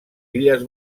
illes